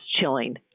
chilling